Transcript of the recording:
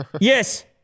Yes